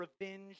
revenge